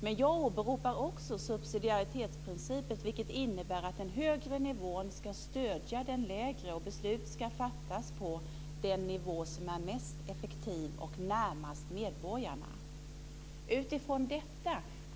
Men jag åberopar också subsidiaritetsprincipen, vilken innebär att den högre nivån ska stödja den lägre och att beslut ska fattas på den nivå som är mest effektiv och närmast medborgarna.